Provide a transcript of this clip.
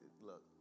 Look